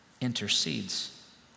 intercedes